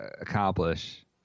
accomplish